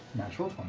natural